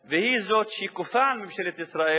והיא זאת שכופה על ממשלת ישראל